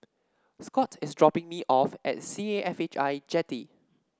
Scot is dropping me off at C A F H I Jetty